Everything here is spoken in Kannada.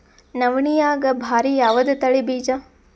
ನವಣಿಯಾಗ ಭಾರಿ ಯಾವದ ತಳಿ ಬೀಜ?